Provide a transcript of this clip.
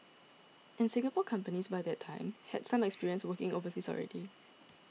and Singapore companies by that time had some experience working overseas already